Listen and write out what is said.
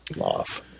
off